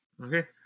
Okay